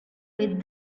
with